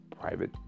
private